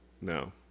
No